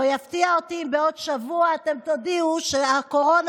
לא יפתיע אם בעוד שבוע אתם תודיעו שהקורונה